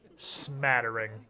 smattering